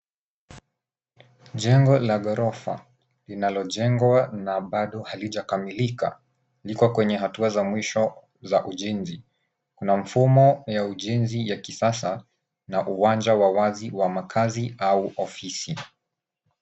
Jengo la ghorofa linalojengwa na bado halijakamilika. Liko kwenye hatua za mwisho za ujenzi. Kuna mfumo ya ujenzi ya kisasa na uwanja wa wazi wa makazi au ofisi.